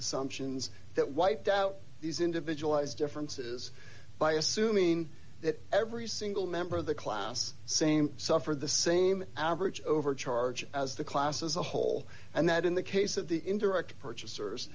assumptions that wiped out these individualized differences by assuming that every single member of the class same suffered the same average over charge as the class as a whole and that in the case of the indirect purchasers